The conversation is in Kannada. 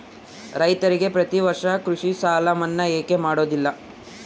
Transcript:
ರೈತರಿಗೆ ಪ್ರತಿ ವರ್ಷ ಕೃಷಿ ಸಾಲ ಮನ್ನಾ ಯಾಕೆ ಮಾಡೋದಿಲ್ಲ?